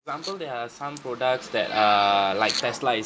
example there are some products that are like tesla is